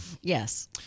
Yes